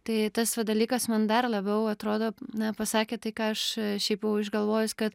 tai tas va dalykas man dar labiau atrodo na pasakė tai ką aš šiaip jau išgalvojus kad